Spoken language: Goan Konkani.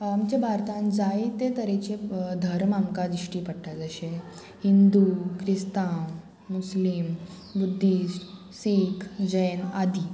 आमच्या भारतांत जायते तरेचे धर्म आमकां दिश्टी पडटा जशें हिंदू क्रिस्तांव मुस्लीम बुद्धी सीख जैन आदी